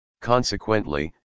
Consequently